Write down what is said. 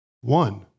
One